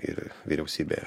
ir vyriausybėje